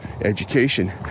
education